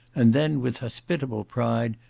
and then, with hospitable pride,